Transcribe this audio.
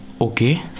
Okay